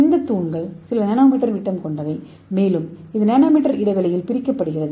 இந்த தூண்கள் சில நானோமீட்டர் விட்டம் கொண்டவை மேலும் இது நானோமீட்டர் இடைவெளியில் பிரிக்கப்படுகிறது